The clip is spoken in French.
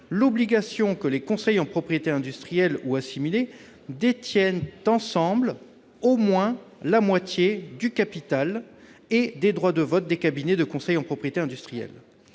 l'obligation suivante : les conseils en propriété industrielle ou assimilés devront détenir, ensemble, au moins la moitié du capital et des droits de vote des cabinets de conseil en propriété industrielle.